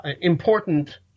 important